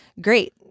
Great